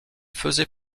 faisait